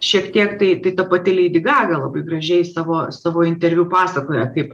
šiek tiek tai tai ta pati leidi gaga labai gražiai savo savo interviu pasakoja kaip